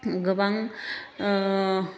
गोबां